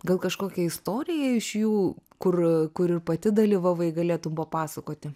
gal kažkokią istorija iš jų kur kur ir pati dalyvavai galėtum papasakoti